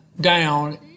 down